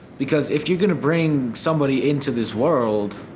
because if you're gonna bring somebody into this world,